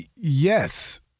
yes